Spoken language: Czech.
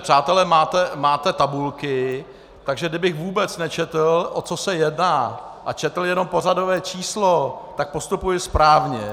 Přátelé, máte tabulky, takže kdybych vůbec nečetl, o co se jedná, a četl jenom pořadové číslo, tak postupuji správně.